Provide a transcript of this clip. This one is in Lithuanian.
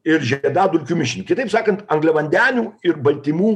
ir žiedadulkių mišinį kitaip sakant angliavandenių ir baltymų